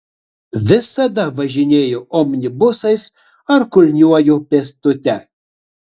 visada važinėju omnibusais ar kulniuoju pėstute